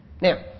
Now